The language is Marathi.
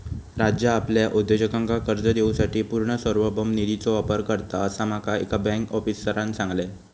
राज्य आपल्या उद्योजकांका कर्ज देवूसाठी पूर्ण सार्वभौम निधीचो वापर करता, असा माका एका बँक आफीसरांन सांगल्यान